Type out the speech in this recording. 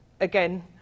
Again